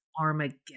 Armageddon